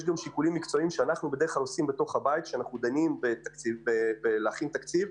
יש שיקולים מקצועיים שאנחנו עושים בתוך הבית כשאנחנו מעצבים תקציב.